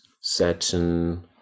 certain